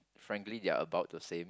frankly they are about the same